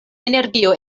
energio